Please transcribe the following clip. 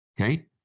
Okay